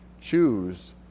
Choose